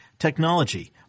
Technology